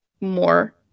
more